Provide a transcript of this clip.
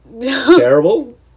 Terrible